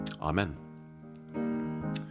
Amen